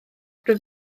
rwyf